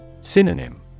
Synonym